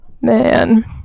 man